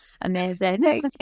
amazing